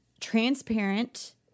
transparent